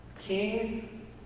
King